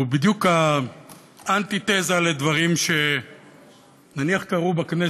הוא בדיוק האנטי-תזה לדברים שנניח קרו בכנסת,